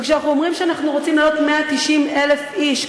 וכשאנחנו אומרים שאנחנו רוצים להעלות 190,000 איש,